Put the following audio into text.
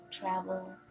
travel